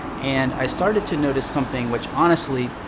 and i started to notice something which honestly,